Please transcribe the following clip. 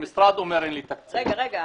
רגע,